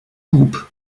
groupe